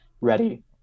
ready